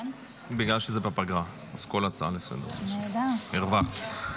בגלל שזה בפגרה אז כל הצעה לסדר-היום, הרווחת.